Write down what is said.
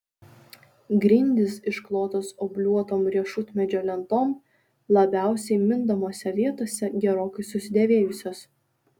grindys išklotos obliuotom riešutmedžio lentom labiausiai mindomose vietose gerokai susidėvėjusios